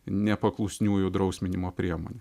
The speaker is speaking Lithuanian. nepaklusniųjų drausminimo priemonė